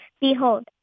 Behold